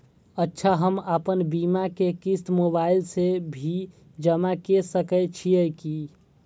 अच्छा हम आपन बीमा के क़िस्त मोबाइल से भी जमा के सकै छीयै की?